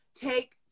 take